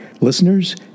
listeners